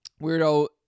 Weirdo